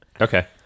Okay